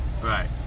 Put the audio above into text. Right